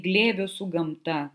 glėbio su gamta